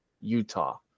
Utah